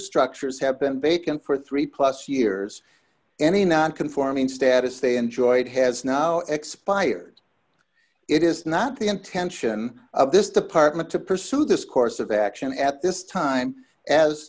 structures have been bacon for three plus years any nonconforming status they enjoyed has now expired it is not the intention of this department to pursue this course of action at this time as